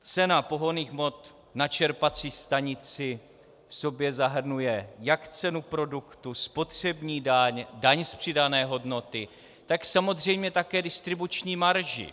Cena pohonných hmot na čerpací stanici v sobě zahrnuje jak cenu produktu, spotřební daň, daň z přidané hodnoty, tak samozřejmě také distribuční marži.